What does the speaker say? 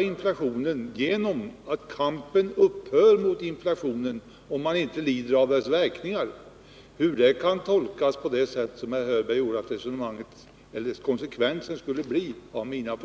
inflationen just genom att kampen mot densamma upphör, om man inte lider av dess verkningar. Hur herr Hörberg kan tolka detta på det sätt som han gör förstår jag inte.